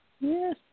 Yes